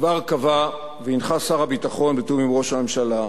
כבר קבע שר הביטחון, בתיאום עם ראש הממשלה,